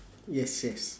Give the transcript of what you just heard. yes yes